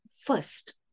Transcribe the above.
first